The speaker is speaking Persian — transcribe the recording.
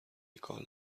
کال